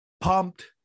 pumped